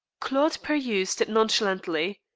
claude perused it nonchalantly.